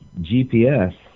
gps